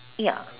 ya